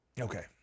Okay